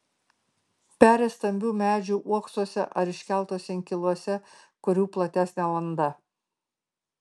peri stambių medžių uoksuose ar iškeltuose inkiluose kurių platesnė landa